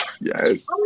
Yes